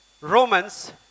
Romans